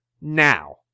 now